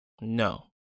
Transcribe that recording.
no